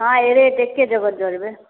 हँ रेट एके जगह जोड़बै